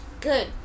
Good